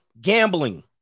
Gambling